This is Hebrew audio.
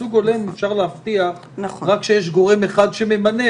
ייצוג הולם אפשר להבטיח רק כשיש גורם אחד שממנה